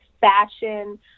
fashion